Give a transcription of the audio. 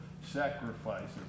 sacrifices